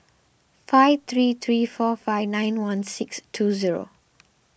five three three four five nine one six two zero